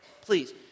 please